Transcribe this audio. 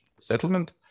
settlement